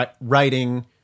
writing